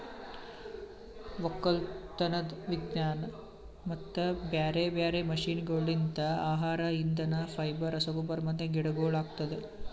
ಒಕ್ಕಲತನದ್ ವಿಜ್ಞಾನ ಮತ್ತ ಬ್ಯಾರೆ ಬ್ಯಾರೆ ಮಷೀನಗೊಳ್ಲಿಂತ್ ಆಹಾರ, ಇಂಧನ, ಫೈಬರ್, ರಸಗೊಬ್ಬರ ಮತ್ತ ಗಿಡಗೊಳ್ ಆಗ್ತದ